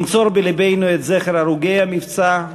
ננצור בלבנו את זכר הרוגי המבצע,